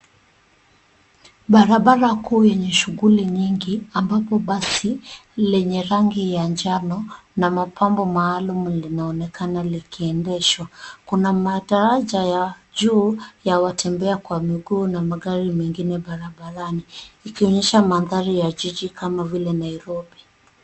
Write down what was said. Barabara kuu yenye shughuli nyingi ambapo basi lenye rangi ya njano na mapambo maalum linaonekana likiendeshwa. Kuna madaraja ya juu ya watembea kwa miguu na magari mengine barabarani ikionyesha mandhari ya jiji kama vile Nairobi.